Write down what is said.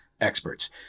experts